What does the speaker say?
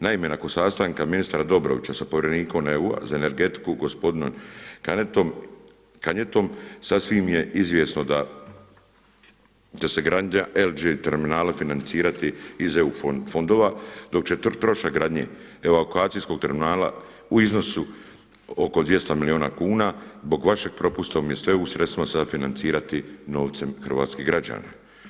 Naime, nakon sastanka ministra Dobrovića sa povjerenikom EU-a za energetiku gospodinom Kanjetom sasvim je izvjesno da će se gradnja LG terminala financirati iz EU fondova, dok će trošak gradnje evakuacijskog terminala u iznosu oko 200 milijuna kuna zbog vašeg propusta umjesto EU sredstvima sada financirati novcem hrvatskih građana.